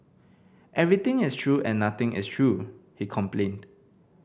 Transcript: everything is true and nothing is true he complained